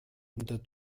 unter